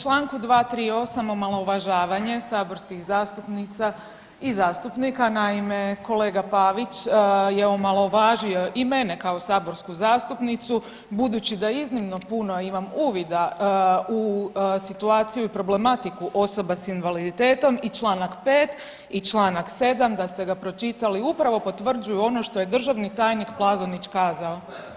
U Članku 238., omalovažavanje saborskih zastupnica i zastupnika naime kolega Pavić je omalovažio i mene kao saborsku zastupnicu budući da iznimno puno imam uvida u situaciju i problematiku osoba s invaliditetom i Članak 5. i Članak 7., da ste ga pročitali upravo potvrđuju ono što je državni tajnik Plazonić kazao.